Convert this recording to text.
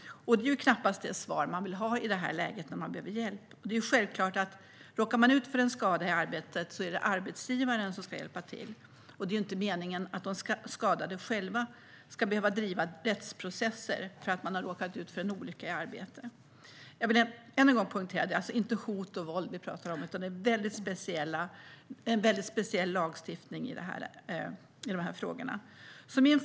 Det är knappast det svar man vill ha i ett läge när man behöver hjälp. Det är självklart att arbetsgivaren ska hjälpa till om man råkar ut för en skada i arbetet. Det är inte meningen att de skadade själva ska behöva driva rättsprocesser när de har råkat ut för en olycka i arbetet. Låt mig än en gång poängtera att det inte är hot och våld vi talar om, utan det är en väldigt speciell lagstiftning i dessa frågor.